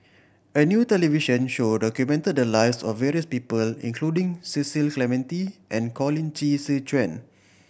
a new television show documented the lives of various people including Cecil Clementi and Colin Qi Zhe Quan